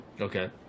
Okay